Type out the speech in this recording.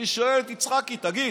אני שואל את יצחקי: תגיד,